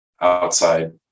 outside